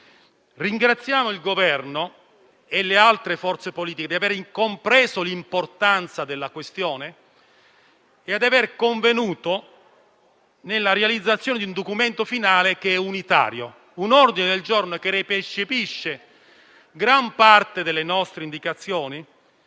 Ringraziamo il Governo e le altre forze politiche per aver compreso l'importanza della questione e aver convenuto nella realizzazione di un documento finale unitario: un ordine del giorno che recepisce gran parte delle nostre indicazioni,